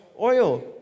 oil